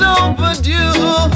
overdue